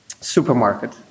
supermarket